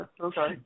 okay